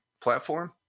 platform